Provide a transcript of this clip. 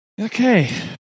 Okay